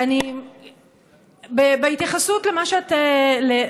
בהתייחסות למה שאת,